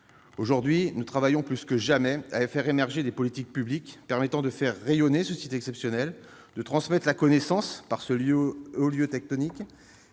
Aujourd'hui, nous travaillons plus que jamais à l'émergence de politiques publiques permettant de faire rayonner ce site exceptionnel, de transmettre la connaissance par ce haut lieu tectonique